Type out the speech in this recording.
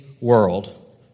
world